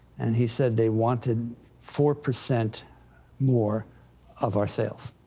and he said they wanted four percent more of our sales.